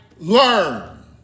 Learn